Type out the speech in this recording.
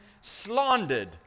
slandered